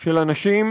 של אנשים